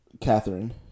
Catherine